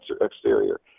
exterior